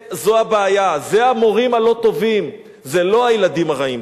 זה המורים הלא-טובים, זה לא הילדים הרעים.